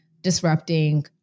disrupting